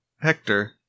Hector